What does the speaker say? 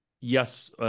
Yes